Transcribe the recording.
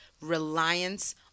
Reliance